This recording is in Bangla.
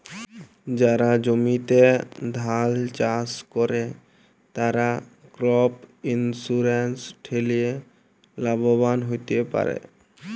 যারা জমিতে ধাল চাস করে, তারা ক্রপ ইন্সুরেন্স ঠেলে লাভবান হ্যতে পারে